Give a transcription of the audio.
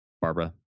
Barbara